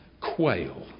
quail